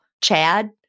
Chad